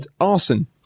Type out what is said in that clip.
Arson